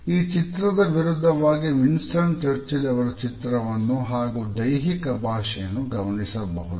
ಈ ಚಿತ್ರದ ವಿರುದ್ಧವಾಗಿ ವಿನ್ಸ್ಟನ್ ಚರ್ಚಿಲ್ ಅವರ ಚಿತ್ರವನ್ನು ಹಾಗೂ ದೈಹಿಕ ಭಾಷೆಯನ್ನು ಗಮನಿಸಬಹುದು